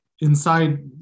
inside